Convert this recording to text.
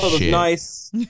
Nice